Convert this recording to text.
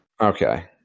Okay